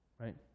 Right